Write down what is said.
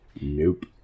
Nope